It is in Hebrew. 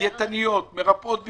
דיאטניות, מרפאות בעיסוק,